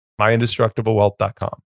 myindestructiblewealth.com